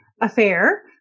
affair